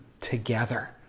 together